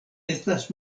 estas